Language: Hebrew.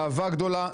באהבה גדולה.